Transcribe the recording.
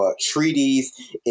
treaties